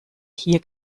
hier